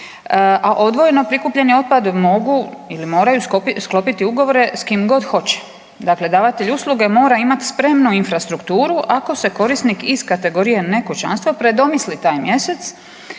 a odvojeno prikupljeni otpad mogu ili moraju sklopiti ugovore s kim god hoće. Dakle, davatelj usluge mora imati spremnu infrastrukturu ako se korisnik iz kategorije nekućanstva predomisli taj mjesec